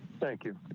thank you.